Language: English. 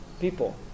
people